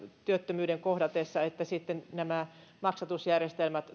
työttömyyden kohdatessa nämä maksatusjärjestelmät